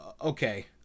okay